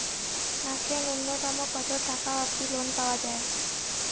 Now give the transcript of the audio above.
মাসে নূন্যতম কতো টাকা অব্দি লোন পাওয়া যায়?